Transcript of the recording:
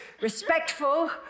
respectful